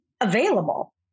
available